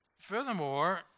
furthermore